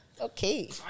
Okay